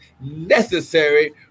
necessary